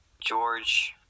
George